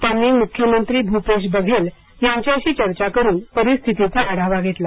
त्यांनी मुख्यमंत्री भूपेश बघेल यांच्याशी चर्चा करून परिस्थितीचा आढावा घेतला